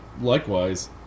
likewise